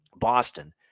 Boston